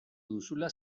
duzula